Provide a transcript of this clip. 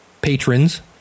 patrons